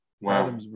Wow